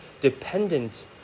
dependent